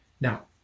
Now